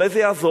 אולי זה יעזור?